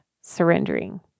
surrendering